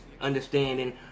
understanding